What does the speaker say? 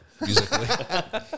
Musically